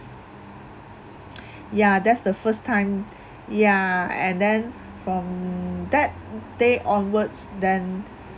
ya that's the first time ya and then from that day onwards then